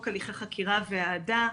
הליכי חקירה ואעדה,